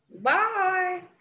Bye